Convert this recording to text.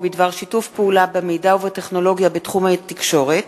בדבר שיתוף פעולה במידע ובטכנולוגיה בתחום התקשורת,